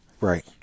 right